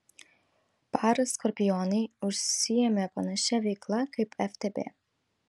par skorpionai užsiėmė panašia veikla kaip ftb